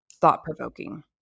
thought-provoking